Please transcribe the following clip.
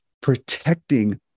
protecting